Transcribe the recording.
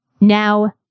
Now